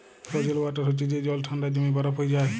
frozen water হছে যে জল ঠাল্ডায় জইমে বরফ হঁয়ে যায়